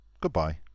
Goodbye